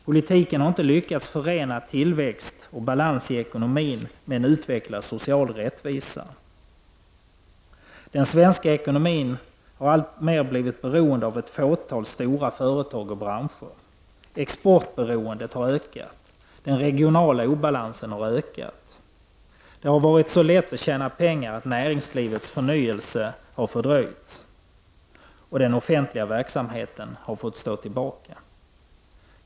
Politiken har inte lyckats förena tillväxt och balans i ekonomin med en utvecklad social rättvisa. Den svenska ekonomin har blivit alltmer beroende av ett fåtal stora företag och branscher. Exportberoendet har ökat. Den regionala obalansen har ökat. Det har varit så lätt att tjäna pengar att näringslivets förnyelse har fördröjts, och den offentliga verksamheten har fått stå tillbaka.